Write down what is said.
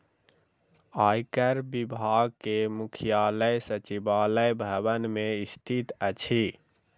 आयकर विभाग के मुख्यालय सचिवालय भवन मे स्थित अछि